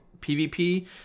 PvP